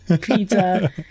pizza